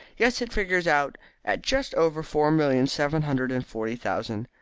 yes, it figures out at just over four million seven hundred and forty thousand.